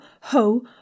ho